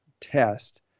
test